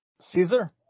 Caesar